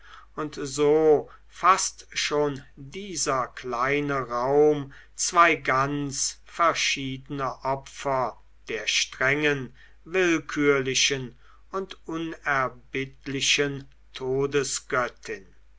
und so faßt schon dieser kleine raum zwei ganz verschiedene opfer der strengen willkürlichen und unerbittlichen todesgöttin